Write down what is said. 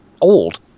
old